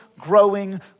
growing